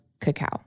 cacao